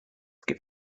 give